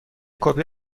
کپی